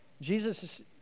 Jesus